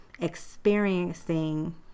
experiencing